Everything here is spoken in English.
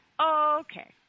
okay